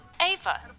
Ava